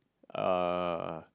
uh